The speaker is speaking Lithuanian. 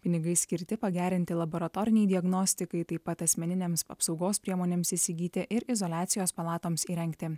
pinigai skirti pagerinti laboratorinei diagnostikai taip pat asmeninėms apsaugos priemonėms įsigyti ir izoliacijos palatoms įrengti